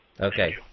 Okay